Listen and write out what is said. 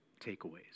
takeaways